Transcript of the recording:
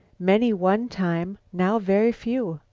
many, one time. now very few.